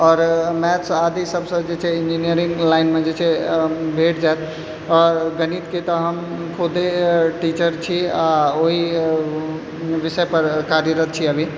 आ मैथ्स आदि सबसँ इंजीनियरिंग लाइनमे जे छै भेट जाएत आओर गणितके तऽ हम खुदे टीचर छी आ ओहि विषय पर कार्यरत छी अभी